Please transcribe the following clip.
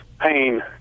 pain